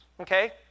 okay